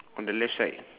on the left side